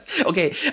Okay